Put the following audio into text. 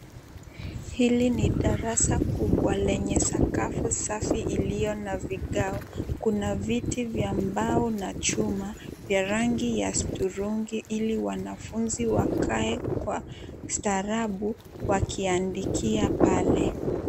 Hili ni darasa kubwa lenye sakafu safi iliyo na vigao. Kuna viti vya mbao na chuma vya rangi ya sturungi ili wanafunzi wakae kwa starabu wakiandikia pale.